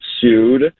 sued